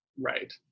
Right